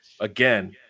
again